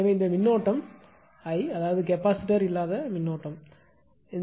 எனவே இந்த மின்னோட்டம்கரண்ட் I அதாவது கெப்பாசிட்டர் இல்லாத மின்னோட்டம்கரண்ட்